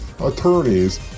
attorneys